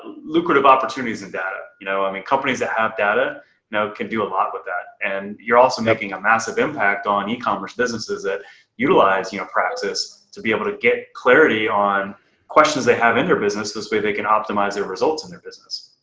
lucrative opportunities in data. you know i mean, companies that have data now can do a lot with that. and you're also making a massive impact on e-commerce businesses that utilize, you know your products to be able to get clarity on questions they have in their business this way they can optimize their results in their business.